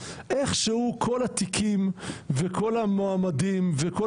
איכשהו כל התיקים וכל המועמדים וכל